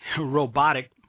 robotic